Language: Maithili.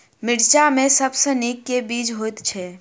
मिर्चा मे सबसँ नीक केँ बीज होइत छै?